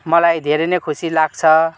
मलाई धेरै नै खुसी लाग्छ